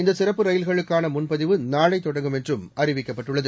இந்த சிறப்பு ரயில்களுக்கான முன்பதிவு நாளை தொடங்கும் என்றும் அறிவிக்கப்பட்டுள்ளது